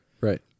Right